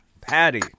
Patty